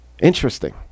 Interesting